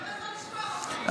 איך אפשר לשכוח אותך, ביטון?